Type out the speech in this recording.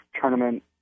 tournament